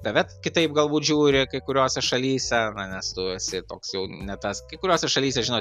tave kitaip galbūt žiūri kai kuriose šalyse nes tu esi toks jau ne tas kai kuriose šalyse žinot